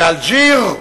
באלג'יר,